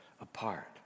apart